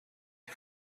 die